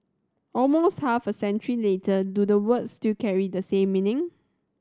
almost half a century later do the words still carry the same meaning